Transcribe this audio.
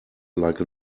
like